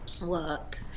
work